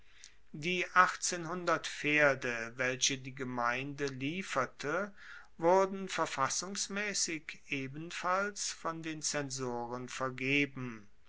die achtzehnhundert pferde welche die gemeinde lieferte wurden verfassungsmaessig ebenfalls von den zensoren vergeben